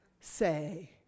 say